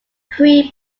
three